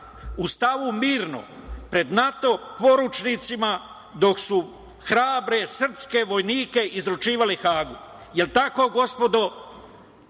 u stavu mirno pred NATO poručnicima dok su hrabre srpske vojnike izručivali Hagu. Jel tako, gospodo,